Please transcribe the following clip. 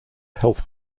health